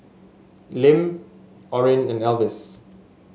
Lim Orrin and Elvis